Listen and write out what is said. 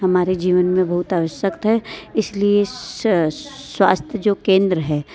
हमारे जीवन में बहुत आवश्यक है इस लिए स्वास्थ्य जो केंद्र हैं